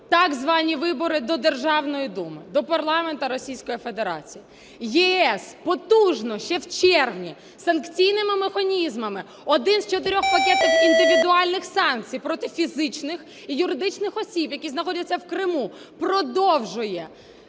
так звані вибори до Державної Думи, до парламенту Російської Федерації. ЄС потужно ще в червні з санкційними механізмами, один з чотирьох пакетів індивідуальних санкцій проти фізичних і юридичних осіб, які знаходяться в Криму, продовжує.